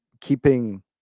keeping